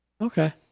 Okay